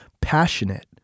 passionate